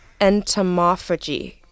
entomophagy